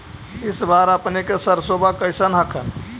इस बार अपने के सरसोबा कैसन हकन?